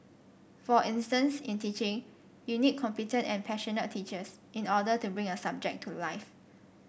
for instance in teaching you need competent and passionate teachers in order to bring a subject to life